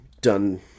done